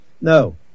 No